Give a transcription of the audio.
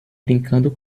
brincando